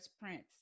Prince